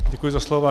Děkuji za slovo.